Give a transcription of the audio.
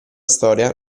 storia